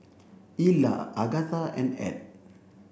Illa Agatha and Ed